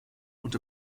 und